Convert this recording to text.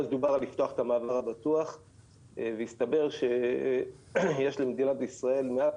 אז דובר על לפתוח את המעבר הבטוח והסתבר שיש למדינת ישראל מעט